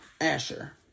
Asher